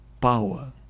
power